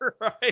Right